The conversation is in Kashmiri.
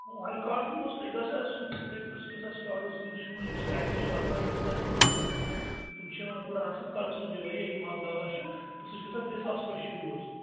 ہاے کالٹی منٛز چھُ تۄہہِ گژھان سون بوٗٹ گژھان سِٹاٹس شوٗز یُس سِٹایلِش چھُ آسان یُس تۄہہِ کوٚرُو رِکمنٛڈٕڈ تِم چھِ یِوان تھوڑا اصٕل یِم لاوا چھِ تہٕ سُہ چھُ گژھان ترےٚ ساسہٕ پٮ۪ٹھ شروع حظ